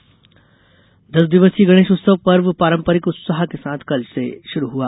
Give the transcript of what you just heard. गणेश उत्सव दस दिवसीय गणेश उत्सव पर्व पारंपरिंक उत्साह के साथ कल से शुरू हुआ